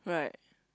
right